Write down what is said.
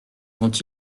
vont